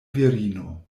virino